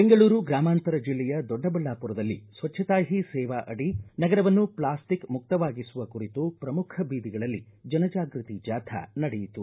ಬೆಂಗಳೂರು ಗ್ರಾಮಾಂತರ ಜಿಲ್ಲೆಯ ದೊಡ್ಡಬಳ್ಳಾಪುರದಲ್ಲಿ ಸ್ವಚ್ವತಾ ಹೀ ಸೇವಾ ಅಡಿ ನಗರವನ್ನು ಪ್ಲಾಸ್ಟಿಕ್ ಮುಕ್ತವಾಗಿಸುವ ಕುರಿತು ಪ್ರಮುಖ ಬೀದಿಗಳಲ್ಲಿ ಜನ ಜಾಗೃತಿ ಜಾಥಾ ನಡೆಯಿತು